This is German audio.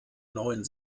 neuen